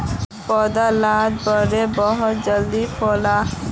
पौधा लात कीड़ा बहुत जल्दी फैलोह